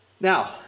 Now